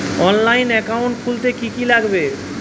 অনলাইনে একাউন্ট খুলতে কি কি লাগবে?